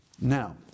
Now